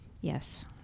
Yes